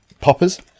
poppers